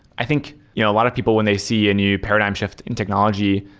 i think you know a lot of people when they see a new paradigm shift in technology,